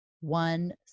One